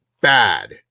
bad